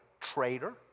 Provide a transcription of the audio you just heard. Traitor